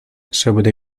sobre